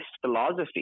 philosophy